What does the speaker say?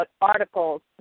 articles